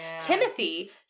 Timothy